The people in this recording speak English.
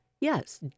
Yes